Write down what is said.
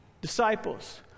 disciples